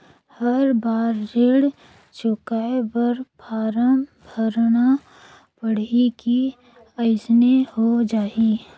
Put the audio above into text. हर बार ऋण चुकाय बर फारम भरना पड़ही की अइसने हो जहीं?